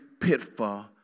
pitfall